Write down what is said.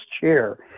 chair